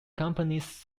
companies